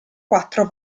quattro